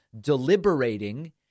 deliberating